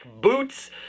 boots